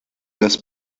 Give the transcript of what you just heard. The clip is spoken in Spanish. los